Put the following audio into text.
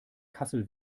kassel